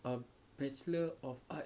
uh bachelor of arts